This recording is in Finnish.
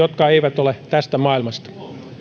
jotka eivät ole tästä maailmasta